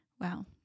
Wow